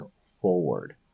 forward